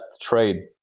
trade